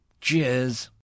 Cheers